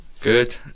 good